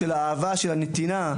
של אהבה ושל נתינה.